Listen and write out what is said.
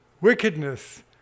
wickedness